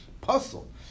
Puzzle